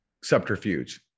subterfuge